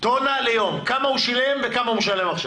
כמה הוא שילם וכמה הוא משלם עכשיו?